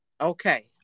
Okay